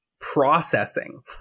processing